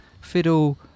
Fiddle